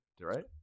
right